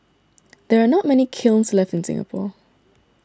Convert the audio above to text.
there are not many kilns left in Singapore